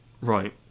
Right